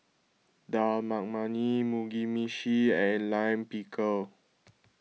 Dal Makhani Mugi Meshi and Lime Pickle